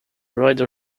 rider